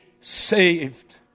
saved